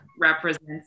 represents